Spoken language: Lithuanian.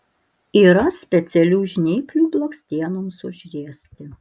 yra specialių žnyplių blakstienoms užriesti